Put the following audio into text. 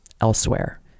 elsewhere